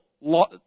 law